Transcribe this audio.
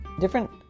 different